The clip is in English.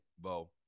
Bo